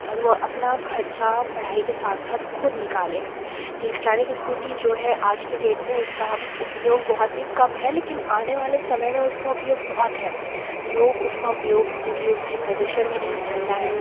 और वह अपना खर्चा पढ़ाई के साथ साथ खुद निकाले इलेक्ट्रॉनिक इस्कूटी जो है आज के डेट में उसका हम उपयोग बहुत ही कम है लेकिन आने वाले समय में उसका उपयोग बहुत है लोग उसका उपयोग क्योंकि उससे प्रदूषण भी नहीं फैलता है